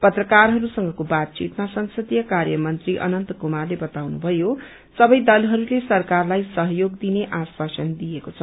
पत्रकारहरूसँगको बातचितमा संसदीय कार्यमन्त्री अनन्त कुमारले बताउनुधयो संवै दलहस्ते सरकारलाई सहयोग दिने आश्वासन दिएको छ